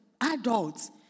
adults